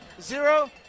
zero